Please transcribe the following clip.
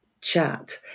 chat